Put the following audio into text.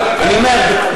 אני אומר,